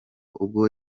ubwo